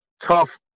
tough